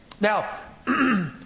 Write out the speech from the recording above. Now